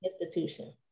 institution